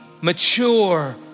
mature